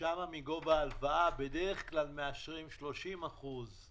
ששם מגובה ההלוואה בדרך כלל מאשרים רק 30%?